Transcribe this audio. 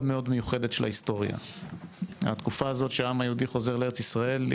מיוחדת של ההיסטוריה בה העם היהודי חוזר לארץ ישראל.